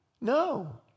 No